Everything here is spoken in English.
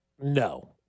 no